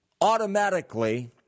automatically